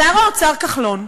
שר האוצר כחלון,